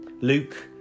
Luke